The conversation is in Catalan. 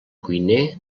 cuiner